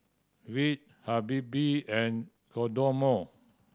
Veet Habibie and Kodomo